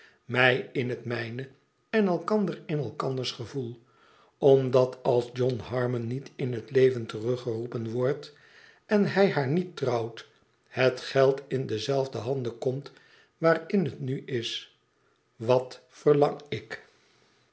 mij in het mijne en elkander in elkanders gevoel omdat als john harmon niet in het leven truggeroepen wordt en hij haar niet trouwt het geld in dezelfde handen komt waarin het nu is wat verlang ik